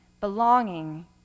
belonging